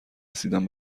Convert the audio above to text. رسیدم